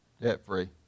debt-free